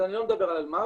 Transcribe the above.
אז אני לא מדבר על אלמ"ב,